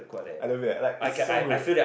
I love it ah like it's so good